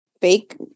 fake